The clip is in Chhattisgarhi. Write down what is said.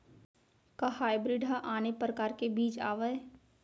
का हाइब्रिड हा आने परकार के बीज आवय?